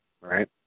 right